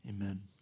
Amen